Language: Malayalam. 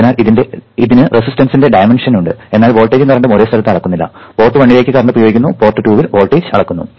അതിനാൽ ഇതിന് റെസിസ്റ്റൻസ്ന്റെ ഡയമെൻഷൻ ഉണ്ട് എന്നാൽ വോൾട്ടേജും കറന്റും ഒരേ സ്ഥലത്ത് അളക്കുന്നില്ല പോർട്ട് 1 ലേക്ക് കറന്റ് പ്രയോഗിക്കുന്നു പോർട്ട് 2 ൽ വോൾട്ടേജ് അളക്കുന്നു